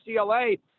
UCLA